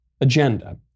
agenda